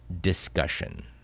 discussion